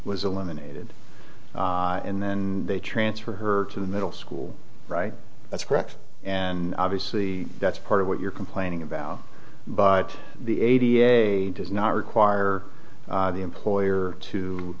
was eliminated and then they transferred her to the middle school right that's correct and obviously that's part of what you're complaining about but the a t f does not require the employer to